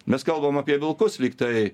mes kalbam apie vilkus lyg tai